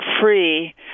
free